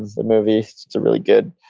the movie's really good.